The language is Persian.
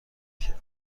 کرد